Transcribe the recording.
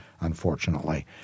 unfortunately